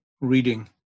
reading